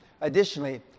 Additionally